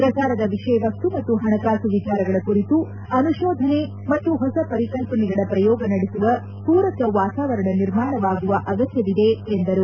ಪ್ರಸಾರದ ವಿಷಯ ವಸ್ತು ಮತ್ತು ಹಣಕಾಸು ವಿಚಾರಗಳ ಕುರಿತು ಅನುತೋಧನೆ ಮತ್ತು ಹೊಸ ಪರಿಕಲ್ಪನೆಗಳ ಪ್ರಯೋಗ ನಡೆಸುವ ಪೂರಕ ವಾತಾವರಣ ನಿರ್ಮಾಣವಾಗುವ ಅಗತ್ತವಿದೆ ಎಂದರು